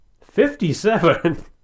Fifty-seven